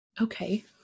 Okay